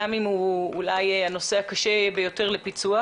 גם אם הוא אולי הנושא הקשה ביותר לפיצוח,